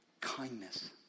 kindness